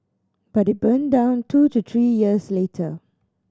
but it burned down two to three years later